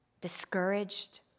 discouraged